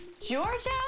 Georgia